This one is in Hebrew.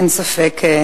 אין ספק.